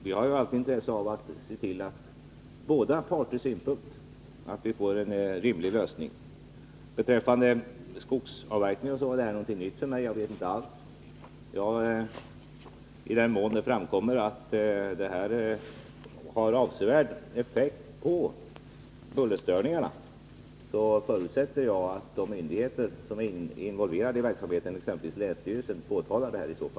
Vi har dock allt intresse av att se till att vi får en rimlig lösning från båda parters synpunkt. Vad beträffar skogsavverkningen så var det någonting nytt för mig. Jag vet ingenting alls om den saken. I den mån det framkommer att den har avsevärd effekt på bullerstörningarna, så förutsätter jag att de myndigheter som är involverade i verksamheten, exempelvis länsstyrelsen, påtalar detta.